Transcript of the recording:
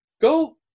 Go